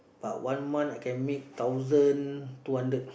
but one month I can make thousand two hundred